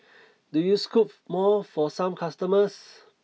do you scoop more for some customers